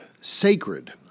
sacred